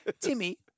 Timmy